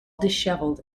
dishevelled